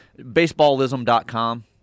Baseballism.com